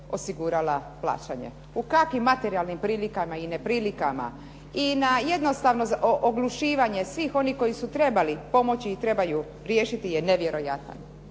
se ne razumije./… materijalnim prilikama i neprilikama i na jednostavno oglušivanje svih onih koji su trebali pomoći i trebaju griješiti je nevjerojatan